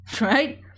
right